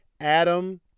Adam